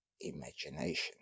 imagination